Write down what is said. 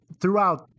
throughout